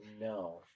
No